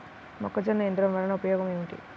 మొక్కజొన్న యంత్రం వలన ఉపయోగము ఏంటి?